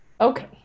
Okay